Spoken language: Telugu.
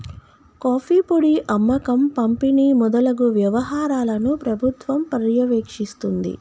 కాఫీ పొడి అమ్మకం పంపిణి మొదలగు వ్యవహారాలను ప్రభుత్వం పర్యవేక్షిస్తుంది